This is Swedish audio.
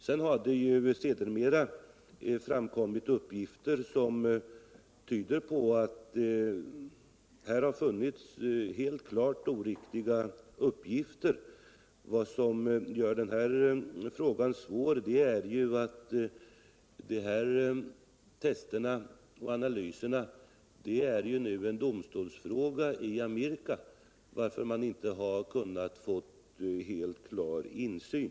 Sedermera har det framkommit uppgifter som tyder på att klart oriktiga resultat har redovisats. Vad som gör den här frågan svår är ju att testerna och analyserna nu är en domstolsfråga i USA, varför man inte har kunnat få helt klar insyn.